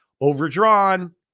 overdrawn